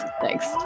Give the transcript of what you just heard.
Thanks